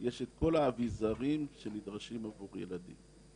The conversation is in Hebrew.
יש את כל האביזרים שנדרשים עבור ילדים.